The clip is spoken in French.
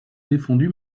défendu